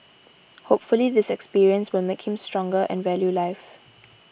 hopefully this experience will make him stronger and value life